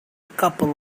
couple